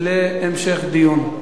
להמשך דיון.